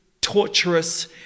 torturous